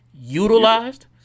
Utilized